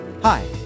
Hi